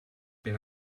per